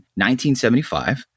1975